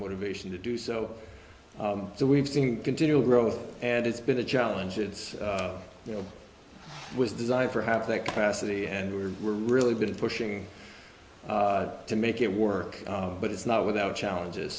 motivation to do so so we've seen continual growth and it's been a challenge it's you know was designed for half that capacity and we're really been pushing to make it work but it's not without challenges